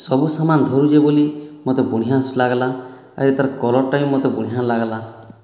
ସବୁ ସାମାନ୍ ଧରୁଛେ ବଲି ମୋତେ ବଢ଼ିଁଆ ଲାଗ୍ଲା ଆର୍ ଇତାର୍ କଲର୍ଟା ବି ମୋତେ ବଢ଼ିଁଆ ଲାଗ୍ଲା